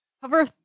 Cover